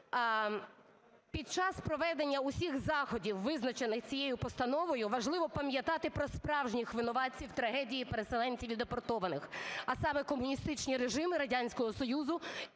під час проведення усіх заходів, визначених цією постановою, важливо пам'ятати про справжніх винуватців трагедії переселенців і депортованих, а саме комуністичні режими Радянського Союзу